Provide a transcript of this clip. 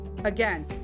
Again